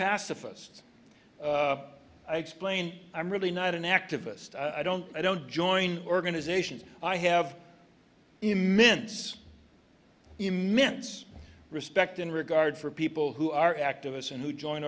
pacifist i explain i'm really not an activist i don't i don't join organizations i have immense immense respect and regard for people who are activists and who join